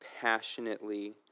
passionately